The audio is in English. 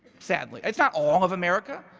sadly, it's not all of america,